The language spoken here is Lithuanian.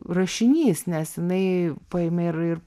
rašinys nes jinai paėmė ir ir